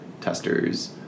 testers